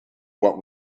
what